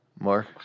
Mark